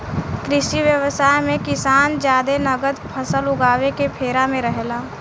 कृषि व्यवसाय मे किसान जादे नगद फसल उगावे के फेरा में रहेला